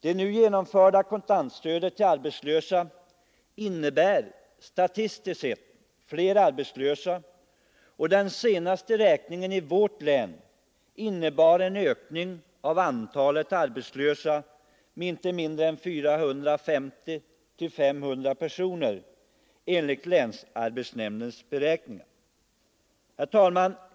Statistiskt sett ökar antalet arbetslösa på grund av reformen enligt länsarbetsnämndens egna beräkningar uppbar inte mindre än 450—500 personer s.k. kontantstöd vid senaste arbetslöshetsräkningen i januari 1974. Herr talman!